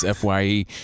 FYE